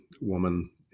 woman